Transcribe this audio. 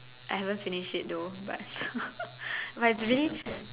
I haven't finished it though but but it's really